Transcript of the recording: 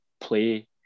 play